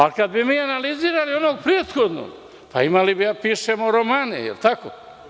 A kada bi mi analizirali onog prethodnog, imali bi da pišemo romane, jeli tako?